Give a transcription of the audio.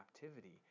captivity